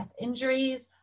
injuries